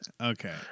okay